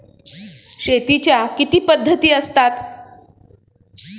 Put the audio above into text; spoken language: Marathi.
शेतीच्या किती पद्धती असतात?